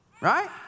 right